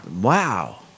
Wow